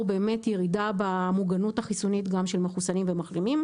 הירידה במוגנות החיסונית של מחוסנים ומחלימים.